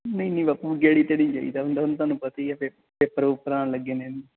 ਨਹੀਂ ਨਹੀਂ ਬਾਪੂ ਗੇੜੀ ਤੇੜੀ ਜਾਈਦਾ ਹੁੰਦਾ ਹੁਣ ਤੁਹਾਨੂੰ ਪਤਾ ਹੀ ਆ ਪੇ ਪੇਪਰ ਪੁਪਰ ਆਉਣ ਲੱਗੇ ਨੇ